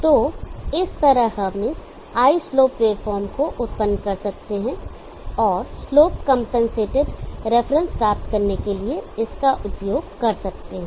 तो इस तरह हम इस I स्लोप वेवफॉर्म को उत्पन्न कर सकते हैं और स्लोप कंपनसेटेड रिफरेंस प्राप्त करने के लिए इसका उपयोग कर सकते हैं